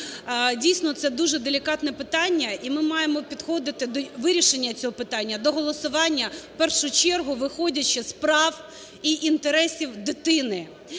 Дійсно це дуже делікатне питання і ми маємо підходити до вирішення цього питання, до голосування, в першу чергу виходячи з прав і інтересів дитини.